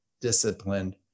disciplined